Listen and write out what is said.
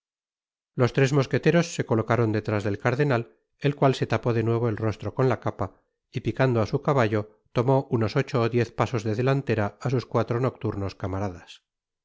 los tres mosqueteros se colocaron detrás del cardenal el cual se tapó de nuevo el rostro con la capa y picando á su caballo tomó unos ocho ó diez pasos de delantera á sus cuatro nocturnos camaradas